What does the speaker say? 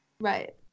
Right